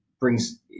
brings